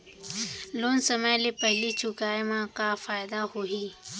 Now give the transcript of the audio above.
Loan समय ले पहिली चुकाए मा का फायदा होही?